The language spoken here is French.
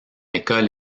école